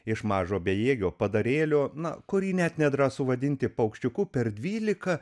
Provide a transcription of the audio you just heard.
iš mažo bejėgio padarėlio na kurį net nedrąsu vadinti paukščiuku per dvyliką